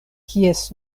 kies